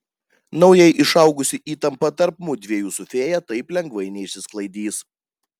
naujai išaugusi įtampa tarp mudviejų su fėja taip lengvai neišsisklaidys